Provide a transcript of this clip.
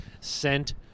sent